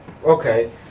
okay